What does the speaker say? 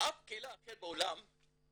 אף קהילה אחרת בעולם של